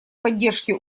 поддержке